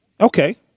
Okay